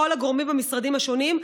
אני רוצה להודות לכל הגורמים במשרדים השונים,